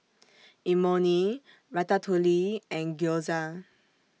Imoni Ratatouille and Gyoza